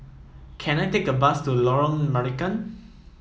can I take a bus to Lorong Marican